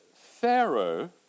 Pharaoh